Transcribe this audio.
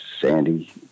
Sandy